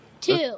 Two